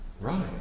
Right